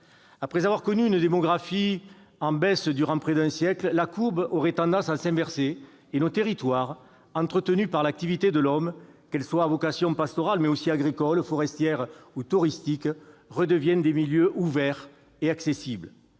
Après avoir connu une démographie en baisse durant près d'un siècle, la courbe aurait tendance à s'inverser et nos territoires, entretenus par l'activité de l'homme, qu'elle soit à vocation pastorale, agricole, forestière ou touristique, redeviennent des milieux ouverts et accessibles.